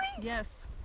Yes